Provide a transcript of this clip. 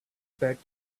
back